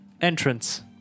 Entrance